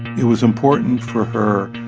it was important for her